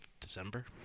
December